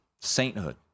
Sainthood